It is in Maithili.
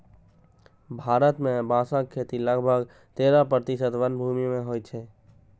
भारत मे बांसक खेती लगभग तेरह प्रतिशत वनभूमि मे होइ छै